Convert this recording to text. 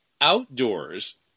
outdoors